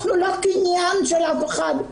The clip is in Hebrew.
אנחנו לא קניין של אף אחד.